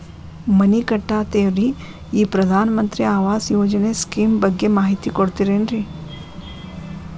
ಮನಿ ಕಟ್ಟಕತೇವಿ ರಿ ಈ ಪ್ರಧಾನ ಮಂತ್ರಿ ಆವಾಸ್ ಯೋಜನೆ ಸ್ಕೇಮ್ ಬಗ್ಗೆ ಮಾಹಿತಿ ಕೊಡ್ತೇರೆನ್ರಿ?